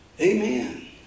Amen